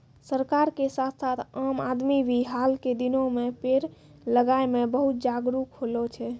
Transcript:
सरकार के साथ साथ आम आदमी भी हाल के दिनों मॅ पेड़ लगाय मॅ बहुत जागरूक होलो छै